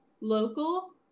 local